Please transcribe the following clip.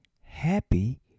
happy